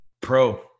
pro